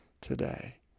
today